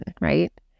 right